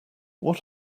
what